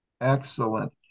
excellent